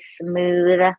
smooth